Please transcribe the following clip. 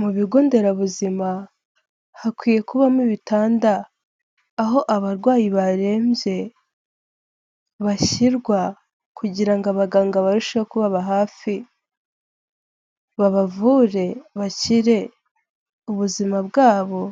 Mu bigo nderabuzima, hakwiye kubamo ibitanda aho abarwayi barembye bashyirwa, kugira ngo abaganga barusheho kubaba hafi babavure bakire, ubuzima bwabo